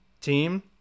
team